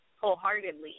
wholeheartedly